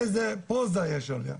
איזה פוזה יש עליהם.